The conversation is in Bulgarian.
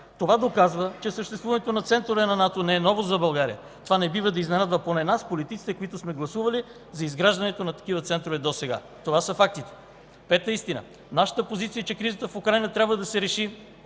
Това доказва, че съществуването на центрове на НАТО не е ново за България. Това не бива да изненадва поне нас, политиците, които сме гласували за изграждането на такива центрове досега. Това са фактите. Те са истина. Нашата позиция е, че кризата в Украйна трябва да се реши